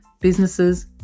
businesses